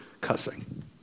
cussing